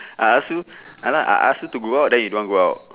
I ask you !hanna! I ask you to go out then you don't want go out